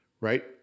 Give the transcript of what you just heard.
right